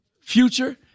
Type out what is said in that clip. Future